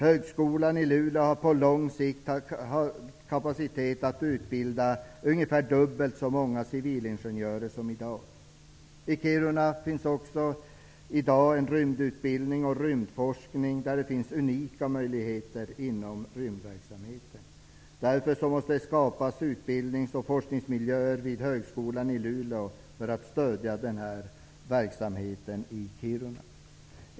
Högskolan i Luleå har på lång sikt kapacitet att utbilda ungefär dubbelt så många civilingenjörer som i dag. I Kiruna finns i dag rymdutbildning och rymdforskning, och där det finns unika möjligheter inom rymdverksamheten. Det måste därför tillskapas ytterligare utbildnings och forskningsmiljöer vid högskolan i Luleå för att stödja den här verksamheten i Kiruna.